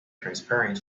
transparent